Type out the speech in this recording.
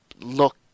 look